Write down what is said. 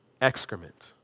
excrement